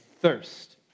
thirst